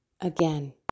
Again